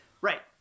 Right